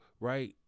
right